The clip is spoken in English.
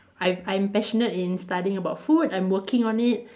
I I'm passionate in studying about food I'm working on it